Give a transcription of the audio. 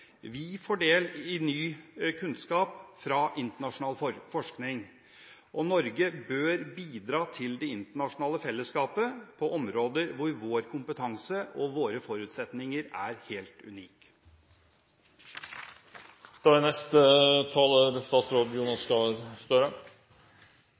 Vi får del i ny kunnskap fra internasjonal forskning, og Norge bør bidra til det internasjonale fellesskapet på områder hvor vår kompetanse og våre forutsetninger er helt unike. Dette er